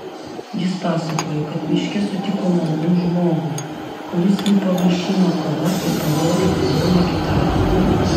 jis pasakojo kad miške sutiko malonų žmogų kuris jį pavaišino kava ir parodė įdomią gitarą